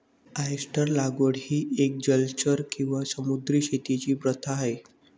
oyster लागवड ही एक जलचर किंवा समुद्री शेतीची प्रथा आहे